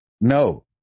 No